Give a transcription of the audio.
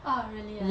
orh really ah